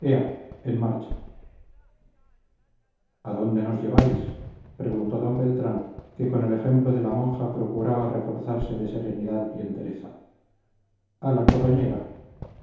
en marcha a dónde nos lleváis preguntó d beltrán que con el ejemplo de la monja procuraba reforzarse de serenidad y entereza a la